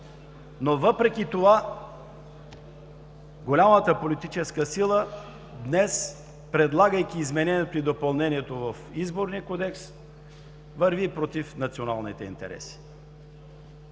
но въпреки това голяма политическа сила днес, предлагайки изменението и допълнението в Изборния кодекс, върви против националните интереси.